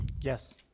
Yes